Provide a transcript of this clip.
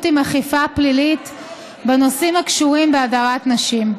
עם אכיפה פלילית בנושאים הקשורים בהדרת נשים.